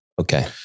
Okay